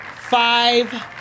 five